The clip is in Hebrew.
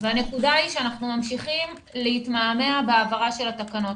והנקודה היא שאנחנו ממשיכים להתמהמה בהעברה של התקנות.